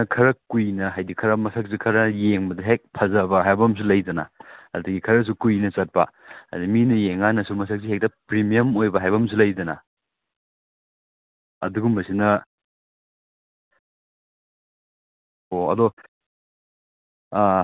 ꯑꯣ ꯑꯇꯣꯞꯄ ꯑꯃ ꯑꯣꯏꯅ ꯑꯣ ꯑꯗꯣ ꯍꯧꯖꯤꯛꯀꯤ ꯍꯥꯏꯔꯤꯕ ꯑꯩꯈꯣꯏ ꯀꯩꯅꯣꯒꯤ ꯁꯦꯠꯁꯦ ꯂꯨꯍꯣꯡꯕꯒꯤ ꯁꯦꯠ ꯑꯣꯏꯅ ꯂꯥꯛꯄꯁꯦ ꯑꯁꯤ ꯃꯃꯟ ꯀꯌꯥꯃꯨꯛꯇꯒꯤ ꯍꯧꯔꯒ ꯀꯌꯥ ꯀꯌꯥꯒꯤꯅ ꯂꯩ ꯍꯥꯏꯗꯤ ꯃꯣꯏ ꯎꯒꯤꯁꯨ ꯃꯈꯜ ꯌꯥꯝꯅ ꯄꯨꯕ ꯃꯥꯜꯂꯤꯅꯦ ꯑꯗꯨ ꯀꯃꯥꯏ ꯀꯃꯥꯏ ꯇꯧꯋꯤ ꯍꯥꯏꯐꯦꯠꯇꯪ